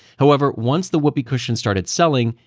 however, once the whoopee cushion started selling,